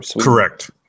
Correct